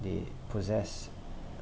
they possess